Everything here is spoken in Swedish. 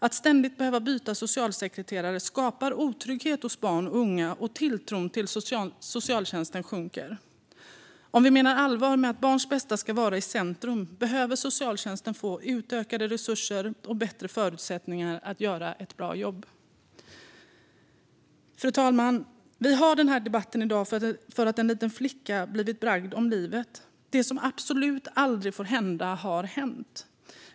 Att ständigt behöva byta socialsekreterare skapar otrygghet hos barn och unga, och tilltron till socialtjänsten sjunker. Om vi menar allvar med att barns bästa ska vara i centrum behöver socialtjänsten få utökade resurser och bättre förutsättningar att göra ett bra jobb. Fru talman! Vi har den här debatten i dag därför att en liten flicka blivit bragd om livet. Det som absolut aldrig får hända har hänt.